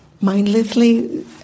mindlessly